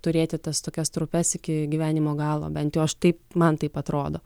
turėti tas tokias trupes iki gyvenimo galo bent jau aš taip man taip atrodo